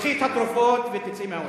תיקחי את התרופות ותצאי מהאולם.